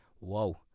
whoa